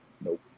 nope